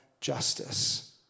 justice